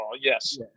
yes